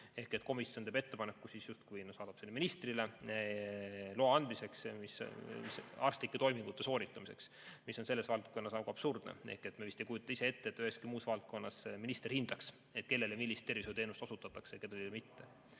ehk komisjon teeb ettepaneku, siis justkui saadab selle ministrile, et see annaks loa arstlike toimingute sooritamiseks, mis on selles valdkonnas väga absurdne. Me vist ei kujuta ette, et üheski muus valdkonnas minister hindaks, kellele millist tervishoiuteenust osutatakse ja kellele mitte.